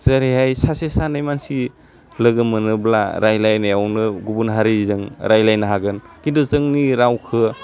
जेरैहाय सासे सानै मानसि लोगोमोनोब्ला रायलाइनायावनो गुबुन हारिजों रायलाइनो हागोन खिन्थु जोंनि रावखौ